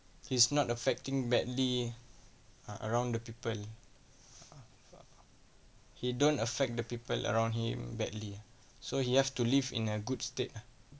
he is not affecting badly uh around the people uh uh he don't affect the people around him badly so he have to live in a good state ah